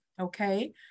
okay